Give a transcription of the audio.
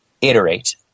iterate